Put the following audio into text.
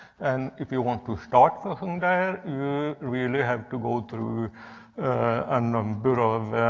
and if you want to start from there, you really have to go through a number of